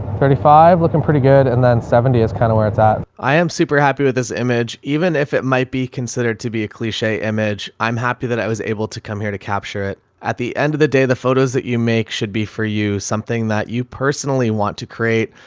thirty five looking pretty good. and then seventy is kind of where it's at. i am super happy with this image, even if it might be considered to be a cliche image, i'm happy that i was able to come here to capture it. at the end of the day, the photos that you make should be for you, something that you personally want to create,